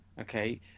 okay